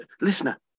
Listener